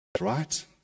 right